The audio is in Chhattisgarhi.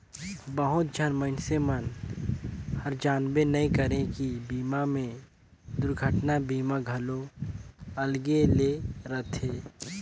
बहुत झन मइनसे मन हर जानबे नइ करे की बीमा मे दुरघटना बीमा घलो अलगे ले रथे